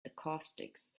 acoustics